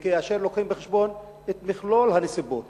כאשר מביאים בחשבון את מכלול הנסיבות?